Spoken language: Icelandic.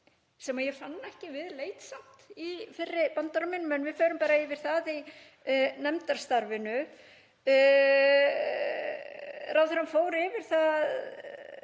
sem ég fann samt ekki við leit í fyrri bandorminum en við förum bara yfir það í nefndarstarfinu. Ráðherrann fór yfir það